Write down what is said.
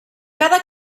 cada